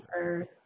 earth